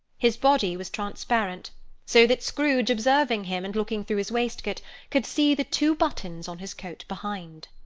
his body was transparent so that scrooge, observing him, and looking through his waistcoat, could see the two buttons on his coat behind.